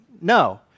No